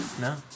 No